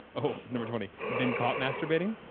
oh, number twenty, been caught masturbating?